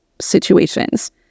situations